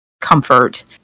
comfort